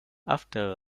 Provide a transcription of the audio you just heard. after